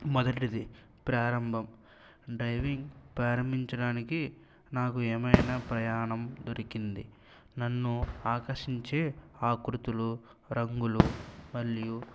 మొదటిది ప్రారంభం డ్రైవింగ్ ప్రారంభించడానికి నాకు ఏమైనా ప్రయాణం దొరికింది నన్ను ఆకర్షించే ఆకృతులూ రంగులూ మలియు